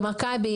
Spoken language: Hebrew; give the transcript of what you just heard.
ב- ׳מכבי׳